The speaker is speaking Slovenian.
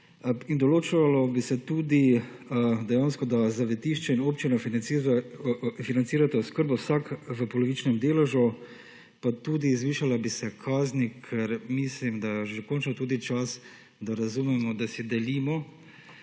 in določalo bi se tudi dejansko, da zavetišče in občina financirata oskrbo vsak v polovičnem deležu, pa tudi zvišalo bi se kazni, ker mislim, da je že končno tudi čas, da razumemo, da si delimo